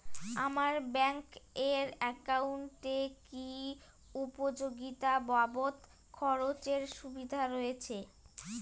আমার ব্যাংক এর একাউন্টে কি উপযোগিতা বাবদ খরচের সুবিধা রয়েছে?